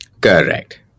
Correct